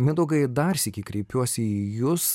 mindaugai dar sykį kreipiuosi į jus